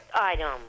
item